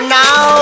now